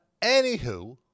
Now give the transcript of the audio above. anywho